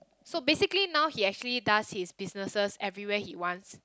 so basically now he actually does his businesses everywhere he wants